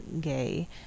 gay